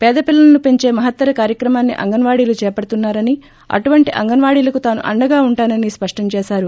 పేద పిల్లలను పెంచే మహత్తర కార్యక్రమాన్ని అంగన్నాడీలు దేపడుతున్నా రని అటువంటి అంగన్వాడీలకు తాను అండగా ఉంటానని స్పష్టం చేశారు